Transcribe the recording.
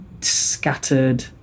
scattered